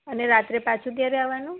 અને રાત્રે પાછું ક્યારે આવાનું